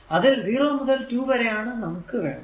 അതിൽ 0 മുതൽ 2 വരെയാണ് നമുക്ക് വേണ്ടത്